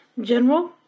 General